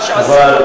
מה שעשינו,